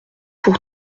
pour